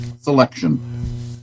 Selection